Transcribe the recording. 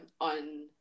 on